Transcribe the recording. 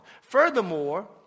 Furthermore